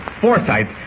foresight